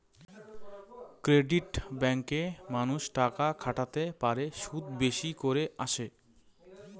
credit ব্যাঙ্কে মানুষ টাকা খাটাতে পারে, সুদ বেশি করে আসে